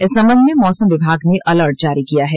इस संबंध में मौसम विभाग ने अलर्ट जारी किया है